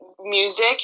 music